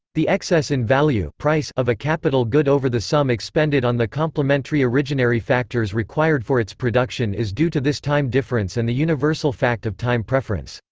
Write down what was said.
the excess in value of a capital good over the sum expended on the complementary originary factors required for its production is due to this time difference and the universal fact of time preference.